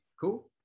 Cool